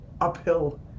uphill